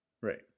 Right